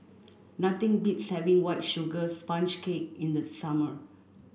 nothing beats having white sugar sponge cake in the summer